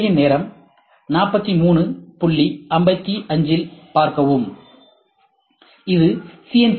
திரையின் நேரம் 4355 இல் பார்க்கவும் இது சி